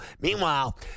Meanwhile